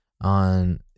on